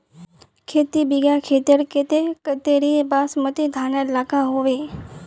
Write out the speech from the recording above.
खेती बिगहा खेतेर केते कतेरी बासमती धानेर लागोहो होबे?